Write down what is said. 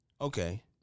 Okay